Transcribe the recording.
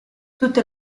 tutte